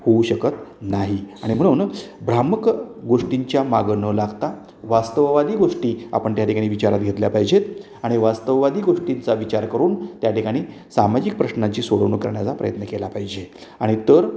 होऊ शकत नाही आणि म्हणून भ्रामक गोष्टींच्या मागे न लागता वास्तववादी गोष्टी आपण त्या ठिकाणी विचारात घेतल्या पाहिजेत आणि वास्तववादी गोष्टींचा विचार करून त्या ठिकाणी सामाजिक प्रश्नांची सोडवणुक करण्याचा प्रयत्न केला पाहिजे आणि तर